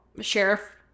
sheriff